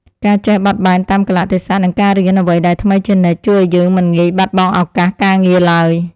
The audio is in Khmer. ការចេះបត់បែនតាមកាលៈទេសៈនិងការរៀនអ្វីដែលថ្មីជានិច្ច ជួយឱ្យយើងមិនងាយបាត់បង់ឱកាសការងារឡើយ។